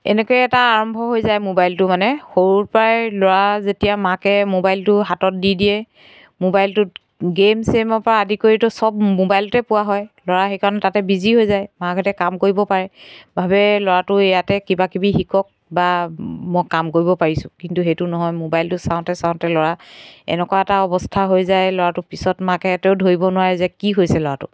এনেকৈ এটা আৰম্ভ হৈ যায় মোবাইলটো মানে সৰুৰ পৰাই ল'ৰা যেতিয়া মাকে মোবাইলটো হাতত দি দিয়ে মোবাইলটোত গেইম চেমৰ পৰা আদি কৰিতো চব মোবাইলতে পোৱা হয় ল'ৰা সেইকাৰণে তাতে বিজি হৈ যায় মাকহঁতে কাম কৰিব পাৰে ভাবে ল'ৰাটো ইয়াতে কিবাকিবি শিকক বা মই কাম কৰিব পাৰিছোঁ কিন্তু সেইটো নহয় মোবাইলটো চাওঁতে চাওঁতে ল'ৰা এনেকুৱা এটা অৱস্থা হৈ যায় ল'ৰাটো পিছত মাকে এইটো ধৰিব নোৱাৰে যে কি হৈছে ল'ৰাটো